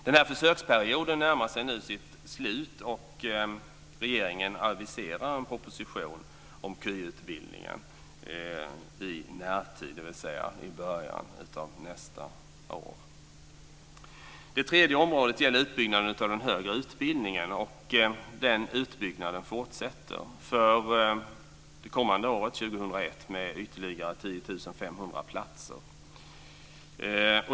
Den här försöksperioden närmar sig nu sitt slut, och regeringen aviserar en proposition om KY utbildningen i närtid, dvs. i början av nästa år. Det tredje området gäller utbyggnaden av den högre utbildningen. Den utbyggnaden fortsätter för det kommande året 2001 med ytterligare 10 500 platser.